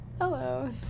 hello